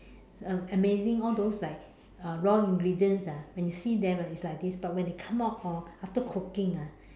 am~ amazing all those like uh raw ingredients ah when you see them ah it's like this but when they come out orh after cooking ah